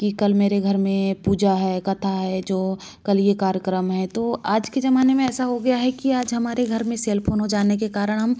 कि कल मेरे घर में पूजा है कथा है जो कल ये कार्यक्रम हैं तो आज के जमाने में ऐसा हो गया है कि आज हमारे घर में सेल फोन हो जाने के कारण हम